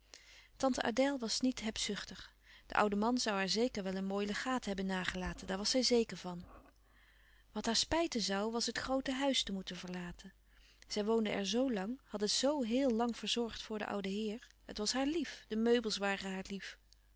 tante adèle was niet hebzuchtig de oude man zoû haar zeker wel een mooi legaat hebben nagelaten daar was zij zeker van wat haar spijten zoû was het groote huis te moeten verlaten zij woonde er zoo lang had het zoo heel lang verzorgd voor den ouden heer het was haar lief de meubels waren haar lief